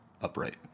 upright